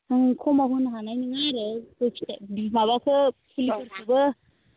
जों खमाव होनो हानाय नङा आरो गय फिथाइ माबाखो फुलिफोरखोबो